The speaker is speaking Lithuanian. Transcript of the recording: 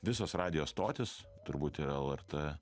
visos radijo stotys turbūt ir lrt